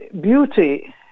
beauty